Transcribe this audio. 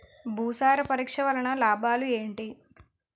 భూసార పరీక్ష వలన లాభాలు ఏంటి?